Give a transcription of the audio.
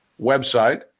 website